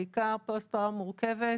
בעיקר כשהם חווים